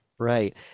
Right